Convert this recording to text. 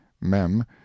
mem